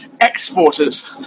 exporters